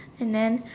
and then